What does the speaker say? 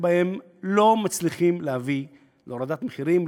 בהם לא מצליחים להביא להורדת מחירים,